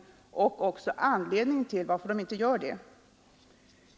Vi vill också veta anledningen därtill.